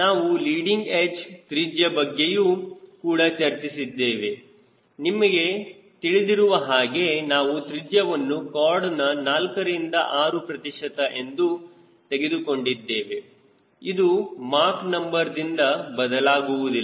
ನಾವು leading edge ತ್ರಿಜ್ಯ ಬಗ್ಗೆಯೂ ಕೂಡ ಚರ್ಚಿಸಿದ್ದೇವೆ ನನಗೆ ತಿಳಿದಿರುವ ಹಾಗೆ ನಾವು ತ್ರಿಜ್ಯವನ್ನು ಕಾರ್ಡನ 4 ರಿಂದ 6 ಪ್ರತಿಶತ ಎಂದು ತೆಗೆದುಕೊಂಡಿದ್ದೇವೆ ಇದು ಮಾಕ್ ನಂಬರ್ದಿಂದ ಬದಲಾಗುವುದಿಲ್ಲ